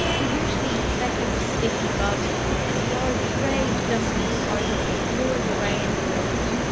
the usually fecund, sticky mud is now grey dusty powder, blowing away in the wind.